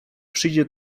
przyjdzie